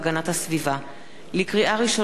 לקריאה ראשונה, מטעם הממשלה: